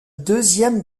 deuxième